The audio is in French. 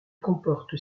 comporte